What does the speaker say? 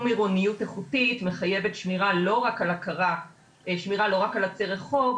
עירוניות איכותית מחייבת שמירה לא רק על עצי רחוב,